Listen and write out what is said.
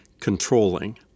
controlling